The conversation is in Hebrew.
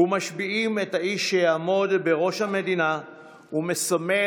ומשביעים את האיש שיעמוד בראש המדינה ומסמל